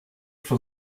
for